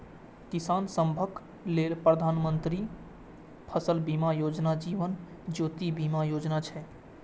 किसान सभक लेल प्रधानमंत्री फसल बीमा योजना, जीवन ज्योति बीमा योजना छै